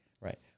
right